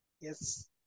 Yes